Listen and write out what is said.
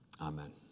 Amen